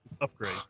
upgrade